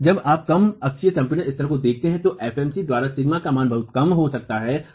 और जब आप कम अक्षीय संपीड़न स्तरों को देखते हैं तो f mc द्वारा sigma का यह मान बहुत कम हो सकता है